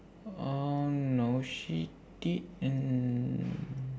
oh no she didn't